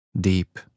deep